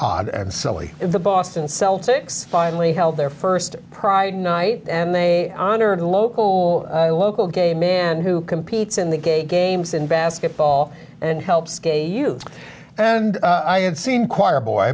odd and silly in the boston celtics finally held their first pride night and they honor and local local gay man who competes in the gay games in basketball and helps k you and i had seen choir boy